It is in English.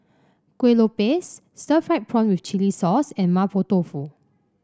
Kueh Lopes Stir Fried Prawn with Chili Sauce and Mapo Tofu